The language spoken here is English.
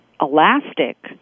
elastic